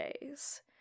days